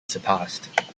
surpassed